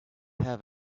have